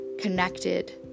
connected